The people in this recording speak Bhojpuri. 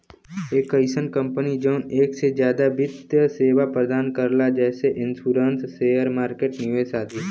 एक अइसन कंपनी जौन एक से जादा वित्त सेवा प्रदान करला जैसे इन्शुरन्स शेयर मार्केट निवेश आदि